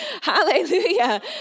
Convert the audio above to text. Hallelujah